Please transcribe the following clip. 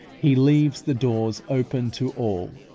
he leaves the doors open to all,